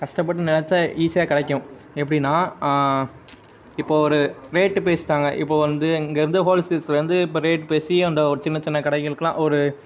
கஷ்டப்பட்டு ச்சா ஈஸியாக கிடைக்கும் எப்படின்னா இப்போ ஒரு ரேட்டு பேசிட்டாங்க இப்போ வந்து இங்கேருந்து ஹோல்சேல்ஸ்லேருந்து இப்போ ரேட் பேசி அந்த ஒரு சின்ன சின்ன கடைகளுக்கெலாம் ஒரு